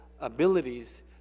abilities